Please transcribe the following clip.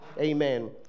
Amen